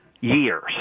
years